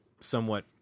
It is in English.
somewhat